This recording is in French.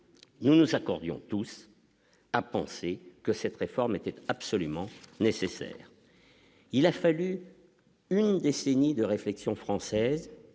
nous nous accordions tous à penser que cette réforme était absolument nécessaire, il a fallu une décennie de réflexion françaises